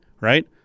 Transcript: right